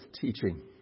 teaching